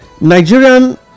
nigerian